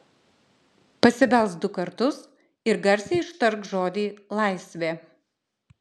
pasibelsk du kartus ir garsiai ištark žodį laisvė